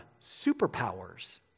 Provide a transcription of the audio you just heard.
superpowers